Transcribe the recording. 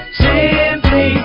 simply